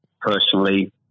personally